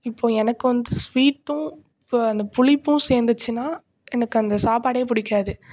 இப்போ எனக்கு வந்து ஸ்வீட்டும் இப்போது அந்த புளிப்பும் சேர்ந்துச்சுன்னா எனக்கு அந்த சாப்பாடே பிடிக்காது